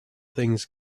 things